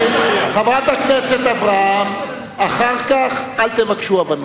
חברת הכנסת אברהם, אחר כך אל תבקשו הבנות.